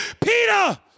Peter